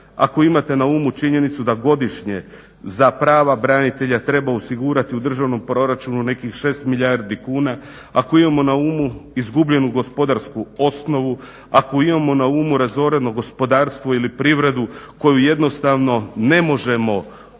ako imate na umu činjenicu da godišnje za prava branitelja treba osigurati u državnom proračunu nekih 6 milijardi kuna, ako imamo na umu izgubljenu gospodarsku osnovu, ako imamo na umu razoreno gospodarstvo ili privredu koju jednostavno ne možemo obnoviti